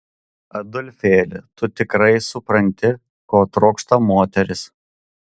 adolfėli tu tikrai supranti ko trokšta moteris